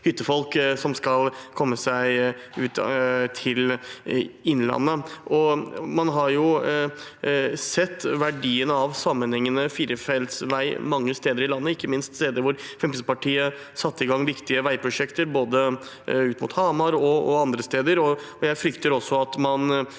hyttefolk som skal komme seg til Innlandet. Man har sett verdien av sammenhengende firefelts vei mange steder i landet, ikke minst steder hvor Fremskrittspartiet satte i gang viktige veiprosjekter, både mot Hamar og andre steder. Jeg frykter også at man